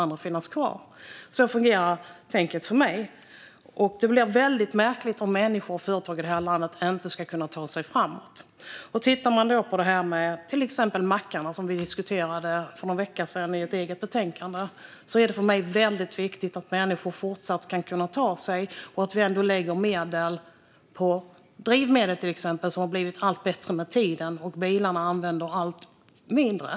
Så fungerar det helt enkelt för mig, och det blir väldigt märkligt om människor och företag i det här landet inte ska kunna ta sig framåt. Vi har exemplet med mackarna som vi diskuterade för någon vecka sedan i ett eget betänkande. För mig är det väldigt viktigt att människor ska fortsätta att kunna ta sig fram och att vi lägger medel på till exempel drivmedel som har blivit allt bättre med tiden och som bilarna använder allt mindre av.